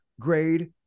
grade